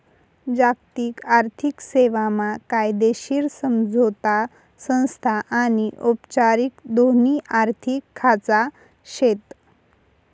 जागतिक आर्थिक सेवा मा कायदेशीर समझोता संस्था आनी औपचारिक दोन्ही आर्थिक खाचा शेत